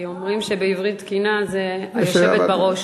כי אומרים שבעברית תקינה זה יושבת בראש.